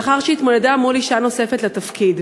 לאחר שהתמודדה מול אישה אחרת על התפקיד.